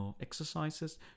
exercises